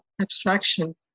abstraction